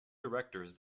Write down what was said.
directors